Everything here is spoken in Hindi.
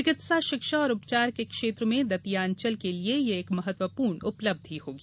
चिकित्सा शिक्षा और उपचार के क्षेत्र में दतिया अंचल के लिए यह एक महत्वपूर्ण उपलब्धि होगी